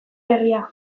herria